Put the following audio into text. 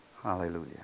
Hallelujah